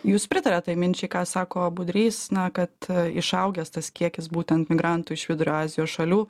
jūs pritariat tai minčiai ką sako budrys na kad išaugęs tas kiekis būtent migrantų iš vidurio azijos šalių